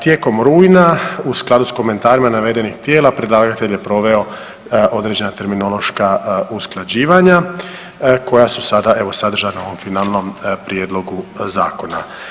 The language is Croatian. Tijekom rujna u skladu s komentarima navedenih tijela predlagatelj je proveo određena terminološka usklađivanja koja su sada evo sadržana u ovom finalnom Prijedlogu zakona.